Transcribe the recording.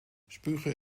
spugen